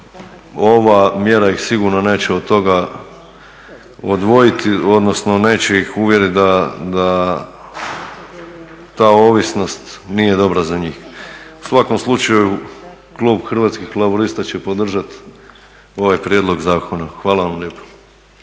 ova mjera ih sigurno neće od toga odvojiti, odnosno neće ih uvjerit da ta ovisnost nije dobra za njih. U svakom slučaju klub Hrvatskih laburista će podržati ovaj prijedlog zakona. Hvala vam lijepo.